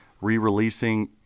re-releasing